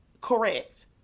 correct